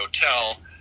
Hotel